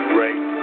right